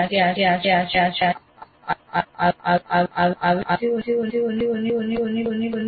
આવી માહિતી વિદ્યાર્થીઓની પાસે રહેશે નહીં